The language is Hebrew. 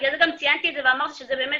בגלל זה אני גם ציינתי את זה ואמרתי שזה דורש